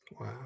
Wow